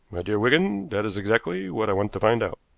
my dear wigan, that is exactly what i want to find out.